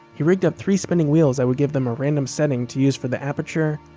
he rigged up three spinning wheels that would give them a random setting to use for the aperture,